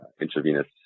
intravenous